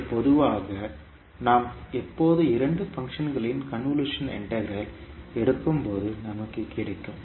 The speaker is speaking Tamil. இது பொதுவாக நாம் எப்போது இரண்டு பங்க்ஷன்களின் கன்வொல்யூஷன் இன்டெக்ரல் எடுக்கும்போது நமக்கு கிடைக்கும்